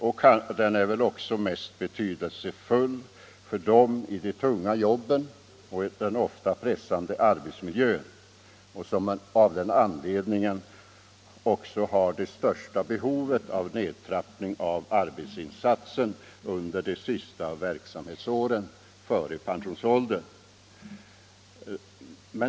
Delpension är väl också mest betydelsefull för dem i de tunga jobben och i en ofta pressande arbetsmiljö. De har ju av den anledningen ofta det största behovet av en nedtrappning av arbetsinsatserna under de sista verksamhetsåren före pensionsåldern.